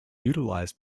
utilised